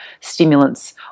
stimulants